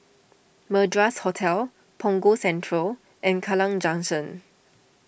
Madras Hotel Punggol Central and Kallang Junction